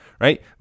right